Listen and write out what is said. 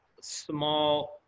small